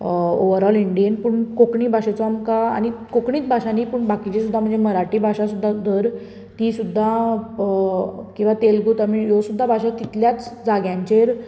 अ overall इंडियेन पूण कोंकणी भाशेचो आमकां आनी कोंकणीच भाशा न्ही पूण बाकीचे सुद्दां म्हणजे मराठी भाशा सुद्दां धर ती सुद्दां अ किंवा वा तेलगू तमीळ ह्यो सुद्दां भाशा तितल्याच जाग्यांचेर